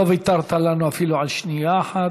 לא ויתרת לנו אפילו על שנייה אחת.